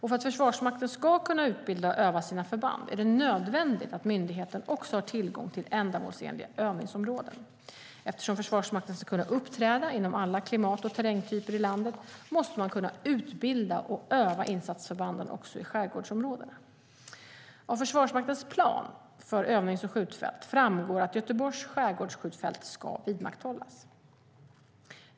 För att Försvarsmakten ska kunna utbilda och öva sina förband är det nödvändigt att myndigheten har tillgång till ändamålsenliga övningsområden. Eftersom Försvarsmakten ska kunna uppträda inom alla klimat och terrängtyper i landet måste man kunna utbilda och öva insatsförbanden också i skärgårdsområdena. Av Försvarsmaktens plan för övnings och skjutfält framgår att Göteborgs skärgårdsskjutfält ska vidmakthållas.